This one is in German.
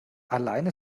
alleine